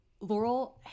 laurel